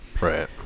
right